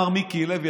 מר מיקי לוי,